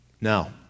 Now